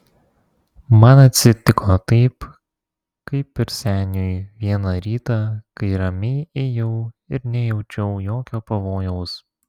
man atsitiko taip kaip ir seniui vieną rytą kai ramiai ėjau ir nejaučiau jokio pavojaus